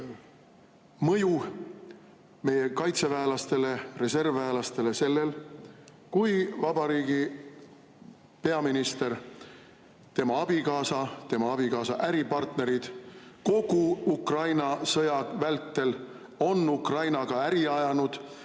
mõju meie kaitseväelastele, reservväelastele sellel, kui vabariigi peaminister, tema abikaasa, tema abikaasa äripartnerid on kogu Ukraina sõja vältel [Venemaaga] äri ajanud?